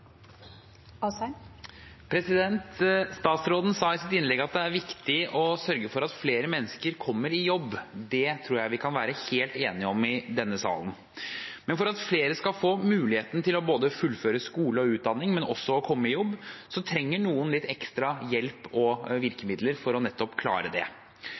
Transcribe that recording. replikkordskifte. Statsråden sa i sitt innlegg at det er viktig å sørge for at flere mennesker kommer i jobb. Det tror jeg vi kan være helt enige om i denne salen. Men for at flere skal få muligheten til å fullføre skole og utdanning, men også å komme i jobb, trenger noen litt ekstra hjelp og virkemidler for nettopp å klare det.